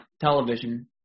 television